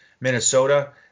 Minnesota